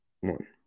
one